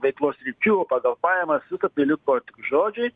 veiklos sričių o pagal pajamas visa tai liko tik žodžiai